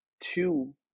two